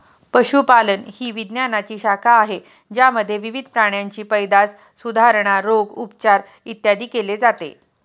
पशुपालन ही विज्ञानाची शाखा आहे ज्यामध्ये विविध प्राण्यांची पैदास, सुधारणा, रोग, उपचार, इत्यादी केले जाते